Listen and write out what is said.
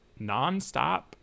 nonstop